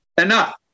enough